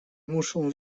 muszą